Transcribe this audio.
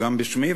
גם בשמי,